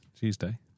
Tuesday